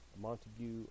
Montague